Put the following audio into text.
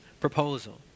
proposal